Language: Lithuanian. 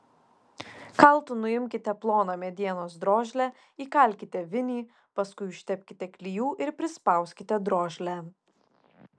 kaltu nuimkite ploną medienos drožlę įkalkite vinį paskui užtepkite klijų ir prispauskite drožlę